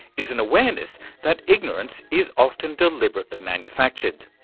is an awareness that ignorance is often deliberately manufactured.